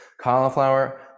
cauliflower